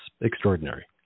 extraordinary